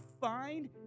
find